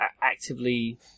actively